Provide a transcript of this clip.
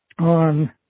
on